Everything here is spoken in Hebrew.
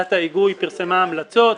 ועדת ההיגוי פרסמה המלצות.